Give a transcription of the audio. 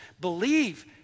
Believe